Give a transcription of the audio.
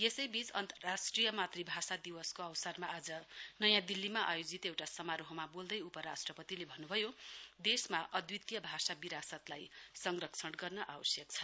यसैबीच अन्तर्राष्ट्रिय मातृभाषा दिवसको अवसरमा आज नयाँ दिल्लीमा आयोजित एउटा समारोहमा बोल्दै उपराष्ट्रपतिले भन्न्भयो देशको भाषा विरासतको संरणक्षमा गर्न आवश्यक छ